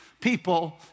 people